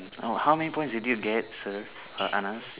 no how many points did you get sir I ask